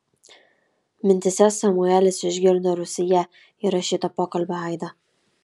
mintyse samuelis išgirdo rūsyje įrašyto pokalbio aidą